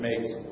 makes